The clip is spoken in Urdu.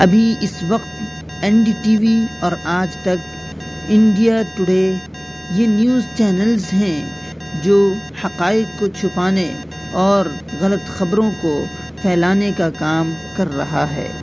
ابھی اس وقت این ڈی ٹی وی اور آج تک انڈیا ٹوڈے یہ نیوز چینلز ہیں جو حقائق کو چھپانے اور غلط خبروں کو پھیلانے کا کام کر رہا ہے